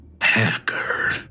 Hacker